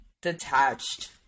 detached